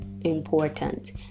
important